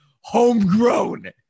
Homegrown